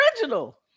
original